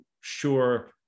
sure